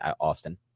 Austin